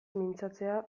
mintzatzea